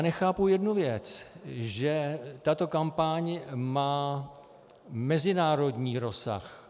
Nechápu jednu věc, že tato kampaň má mezinárodní rozsah.